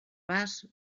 vas